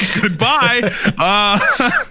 Goodbye